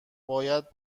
باید